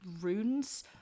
runes